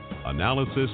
analysis